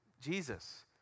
Jesus